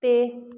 ਤੇ